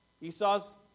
Esau's